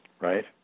right